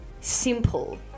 simple